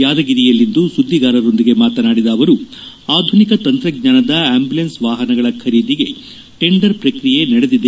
ಯಾದಗಿರಿಯಲ್ಲಿಂದು ಸುದ್ಲಿಗಾರರೊಂದಿಗೆ ಮಾತನಾಡಿದ ಅವರು ಆಧುನಿಕ ತಂತ್ರಜ್ಞಾನದ ಆಂಬ್ಲಲೆನ್ಸ್ ವಾಹನಗಳ ಖರೀದಿಗೆ ಟೆಂಡರ್ ಪ್ರಕ್ರಿಯೆ ನಡೆದಿದೆ